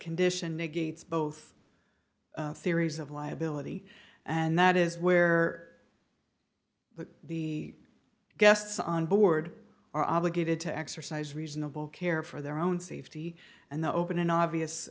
condition negates both theories of liability and that is where but the guests on board are obligated to exercise reasonable care for their own safety and the open and obvious